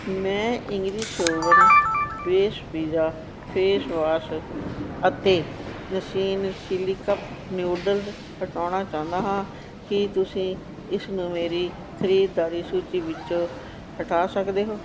ਮੈਂ English oven base pizza face wash ਅਤੇ Nissin ਸਿਲੀਕੱਪ ਨਿਊਡਲਜ਼ ਹਟਾਉਣਾ ਚਾਹੁੰਦਾ ਹਾਂ ਕੀ ਤੁਸੀਂ ਇਸਨੂੰ ਮੇਰੀ ਖਰੀਦਦਾਰੀ ਸੂਚੀ ਵਿੱਚੋਂ ਹਟਾ ਸਕਦੇ ਹੋ